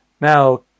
Now